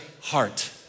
heart